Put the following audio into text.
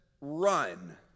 run